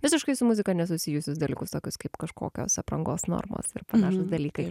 visiškai su muzika nesusijusius dalykus tokius kaip kažkokios aprangos normos ir panašūs dalykai